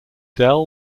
dell